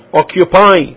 occupy